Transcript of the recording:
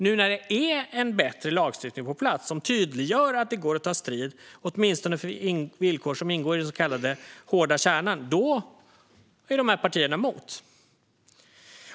Nu när det finns på plats en bättre lagstiftning som tydliggör att det går att ta strid åtminstone för villkor som ingår i den så kallade hårda kärnan är de här partierna mot.